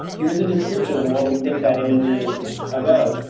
here's a description of what we think that image is about.